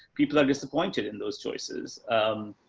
people are disappointed in those choices. um,